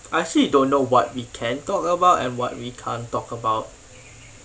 I actually don't know what we can talk about and what we can't talk about